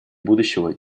будущего